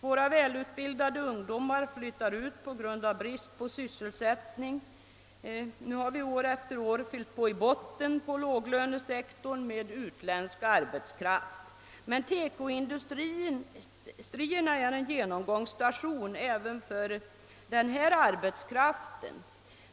Våra välutbildade ungdomar flyttar ut på grund av brist på sysselsättning. Nu har vi år efter år fyllt på i botten på låglönesektorn med utländsk arbetskraft. Men TEKO-industrierna är en genomångsstation även för den arbetskraften.